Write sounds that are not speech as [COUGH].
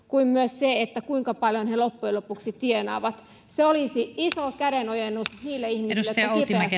[UNINTELLIGIBLE] kuin myös siihen kuinka paljon he loppujen lopuksi tienaavat se olisi iso kädenojennus niille ihmisille jotka kipeästi